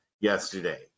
yesterday